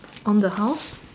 on the house